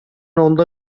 onda